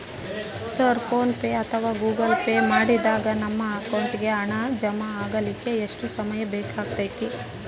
Sir PhonePe ಅಥವಾ Google Pay ಮಾಡಿದಾಗ ನಮ್ಮ ಅಕೌಂಟಿಗೆ ಹಣ ಜಮಾ ಆಗಲಿಕ್ಕೆ ಎಷ್ಟು ಸಮಯ ಬೇಕಾಗತೈತಿ?